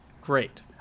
great